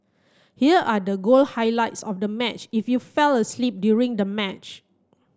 here are the goal highlights of the match if you fell asleep during the match